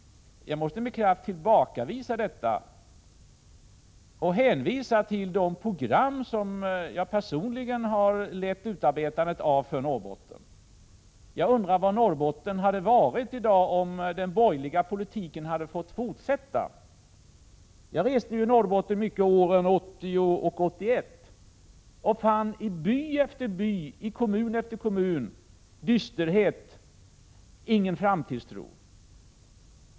Jag måste med kraft tillbakavisa detta och hänvisa till de program för Norrbotten som jag personligen har lett utarbetandet av. Jag undrar var Norrbotten hade stått i dag om den borgerliga politiken hade fått fortsätta. Jag reste ganska mycket i Norrbotten åren 1980 och 1981 och fann i by efter by och i kommun efter kommun dysterhet och brist på framtidstro.